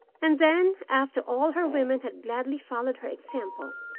and then, after all her women had gladly followed her example,